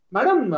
Madam